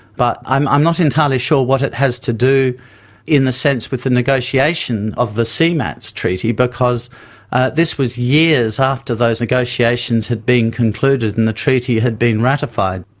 but i'm i'm not entirely sure what it has to do in the sense with the negotiation of the cmats treaty because this was years after those negotiations have been concluded and the treaty had been ratified.